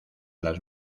las